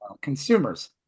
consumers